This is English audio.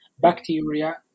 bacteria